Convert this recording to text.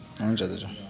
हुन्छ दाजु